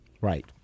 Right